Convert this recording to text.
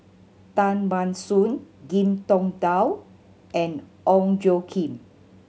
Tan Ban Soon Ngiam Tong Dow and Ong Tjoe Kim